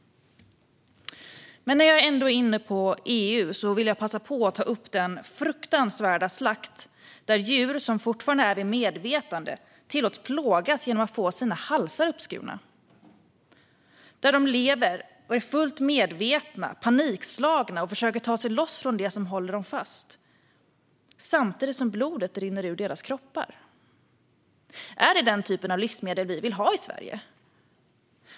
När jag ändå är inne på EU vill jag passa på att ta upp den fruktansvärda slakt där djur som fortfarande är vid medvetande tillåts plågas genom att få sina halsar uppskurna. De lever och är fullt medvetna, panikslagna och försöker ta sig loss från det som håller dem fast samtidigt som blodet rinner ur deras kroppar. Är det denna typ av livsmedel vi vill ha i Sverige?